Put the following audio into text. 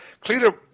Cleta